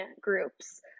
groups